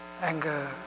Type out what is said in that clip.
anger